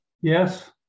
Yes